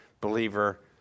believer